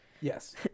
Yes